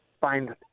find